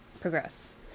progress